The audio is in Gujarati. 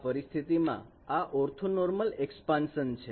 આ પરિસ્થિતિમાં આ ઓર્થોનોર્મલ એક્સપાન્શન છે